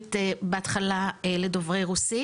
לעברית בהתחלה לדוברי רוסית.